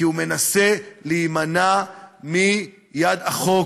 כי הוא מנסה להימנע מיד החוק.